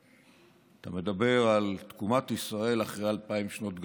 אתה מדבר על תקומת ישראל אחרי אלפיים שנות גלות,